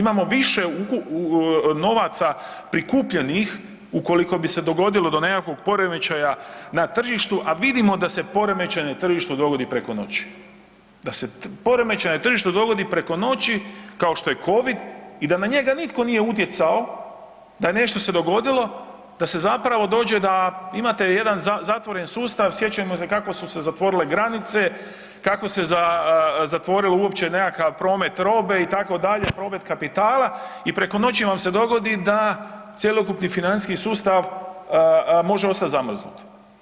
Imamo više novaca prikupljenih ukoliko bi se dogodilo do nekakvog poremećaja na tržištu, a vidimo da se poremećaj na tržištu dogodi preko noći, da se poremećaj na tržištu dogodi preko noći kao što je covid i da na njega nitko nije utjecao da je nešto se dogodilo, da se zapravo dođe da imate jedan zatvoren sustav, sjećajmo se kako su se zatvorile granice, kako se zatvorilo uopće nekakav promet robe, itd., promet kapitala i preko noći vam se dogodi da cjelokupni financijski sustav može ostat zamrznut.